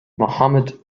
mohammed